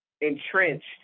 entrenched